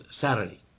Saturday